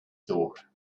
thought